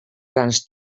grans